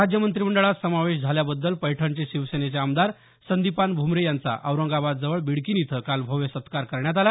राज्य मंत्रिमंडळात समावेश झाल्याबद्दल पैठणचे शिवसेनेचे आमदार संदिपान भुमरे यांचा औरंगाबाद जवळ बिडकीन इथं काल भव्य सत्कार करण्यात आला